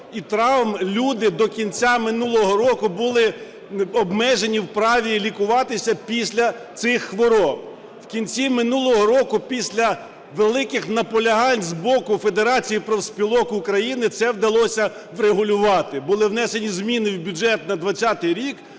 і травм, люди до кінця минулого року були обмежені в праві лікуватися після цих хвороб. У кінці минулого року після великих наполягань з боку Федерації профспілок України це вдалося врегулювати. Були внесені зміни в бюджет на 20-й рік